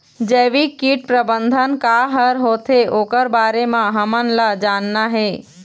जैविक कीट प्रबंधन का हर होथे ओकर बारे मे हमन ला जानना हे?